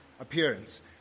appearance